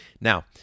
Now